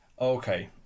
Okay